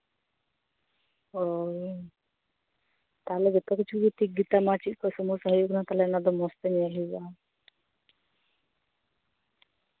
ᱚ ᱛᱟᱞᱦᱮ ᱡᱚᱛᱚ ᱠᱤᱪᱷᱩᱜᱮ ᱴᱷᱤᱠ ᱜᱮᱛᱟᱢᱟ ᱛᱟᱞᱦᱮ ᱪᱮᱫ ᱠᱚ ᱥᱚᱢᱚᱥᱥᱟ ᱦᱩᱭᱩᱜ ᱠᱟᱱᱟ ᱢᱚᱸᱡᱽ ᱛᱮ ᱧᱮᱞ ᱦᱩᱭᱩᱜᱼᱟ